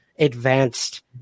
advanced